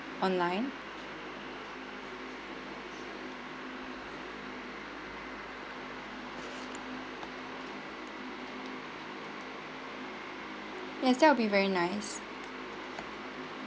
online yes that'll be very nice